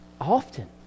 often